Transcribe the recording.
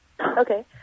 okay